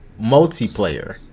multiplayer